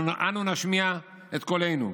אנו נשמיע את קולנו,